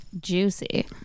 Juicy